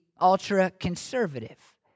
ultra-conservative